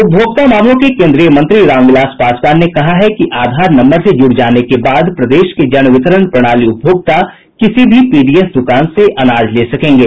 उपभोक्ता मामलों के केन्द्रीय मंत्री रामविलास पासवान ने कहा है कि आधार नम्बर से जूड़ जाने के बाद प्रदेश के जन वितरण प्रणाली उपभोक्ता किसी भी पीडीएस द्रकान से अनाज ले सकेंगे